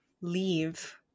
leave